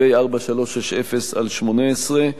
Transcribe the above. פ/4360/18.